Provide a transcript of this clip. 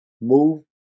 Move